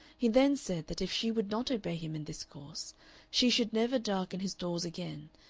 he then said that if she would not obey him in this course she should never darken his doors again,